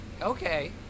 okay